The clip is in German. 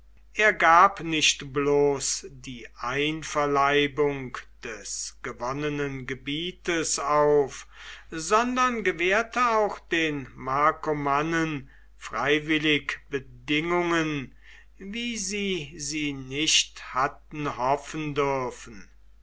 er gab nicht bloß die einverleibung des gewonnenen gebiets auf sondern gewährte auch den markomannen freiwillig bedingungen wie sie sie nicht hatten hoffen dürfen